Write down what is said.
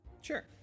Sure